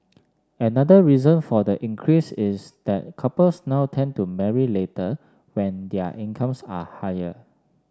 another reason for the increase is that couples now tend to marry later when their incomes are higher